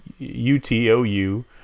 UTOU